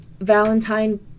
Valentine